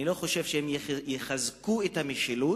אני לא חושב שהם יחזקו את המשילות,